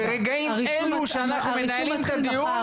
ברגעים אלו שאנחנו מנהלים את הדיון,